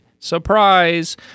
surprise